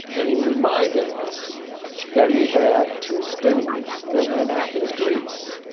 and he reminded us that he had two students that were in athens, greece.